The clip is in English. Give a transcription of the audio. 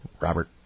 Robert